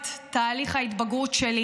מאותן חלאות שאכלסו את העולם בעשורים האחרונים.